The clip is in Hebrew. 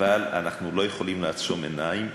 אבל אנחנו לא יכולים לעצום עיניים.